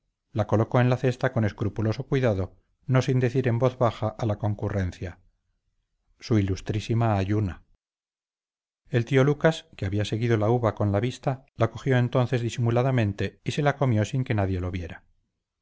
la colocó en la cesta con escrupuloso cuidado no sin decir en voz baja a la concurrencia su ilustrísima ayuna el tío lucas que había seguido la uva con la vista la cogió entonces disimuladamente y se la comió sin que nadie lo viera